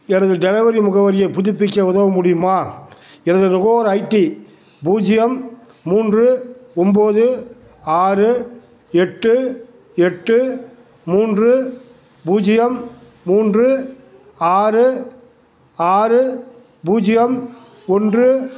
எனது டெலவரி முகவரியைப் புதுப்பிக்க உதவ முடியுமா எனது நுகர்வோர் ஐடி பூஜ்ஜியம் மூன்று ஒம்பது ஆறு எட்டு எட்டு மூன்று பூஜ்ஜியம் மூன்று ஆறு ஆறு பூஜ்ஜியம் ஒன்று